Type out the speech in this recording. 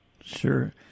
Sure